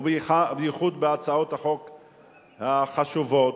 ובייחוד בהצעות החוק החשובות,